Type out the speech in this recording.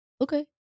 Okay